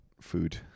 food